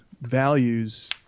values